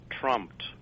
trumped